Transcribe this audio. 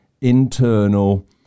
internal